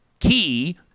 Key